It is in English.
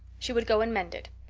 she would go and mend it.